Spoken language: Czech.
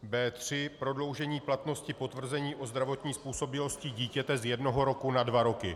B3 prodloužení platnosti potvrzení o zdravotní způsobilosti dítěte z jednoho roku na dva roky.